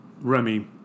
Remy